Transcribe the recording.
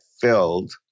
filled